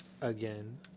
again